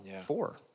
four